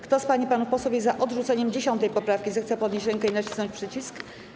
Kto z pań i panów posłów jest za odrzuceniem 10. poprawki, zechce podnieść rękę i nacisnąć przycisk.